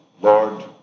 Lord